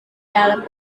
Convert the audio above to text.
dalam